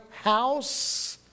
house